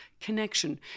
connection